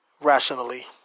rationally